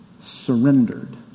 surrendered